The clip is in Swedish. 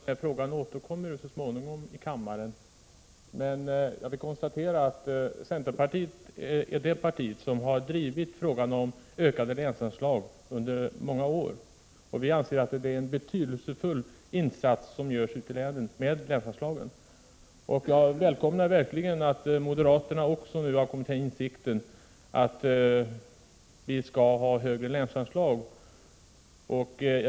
Herr talman! Det är riktigt att denna fråga så småningom återkommer i kammaren, men jag vill nu konstatera att centerpartiet är det parti som under många år har drivit kravet på ökade länsanslag. Vi anser att det är en betydelsefull insats som, med länsanslagen, görs ute i länen. Jag välkomnar verkligen att också moderaterna nu har kommit till den insikten att vi skall höja länsanslagen.